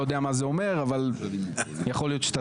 לא יודע מה זה אומר אבל יכול להיות שאתה